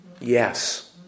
Yes